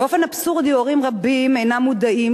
באופן אבסורדי הורים רבים אינם מודעים